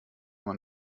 man